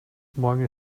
morgen